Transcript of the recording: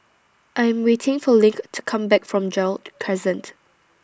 I Am waiting For LINK to Come Back from Gerald Crescent